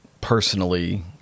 personally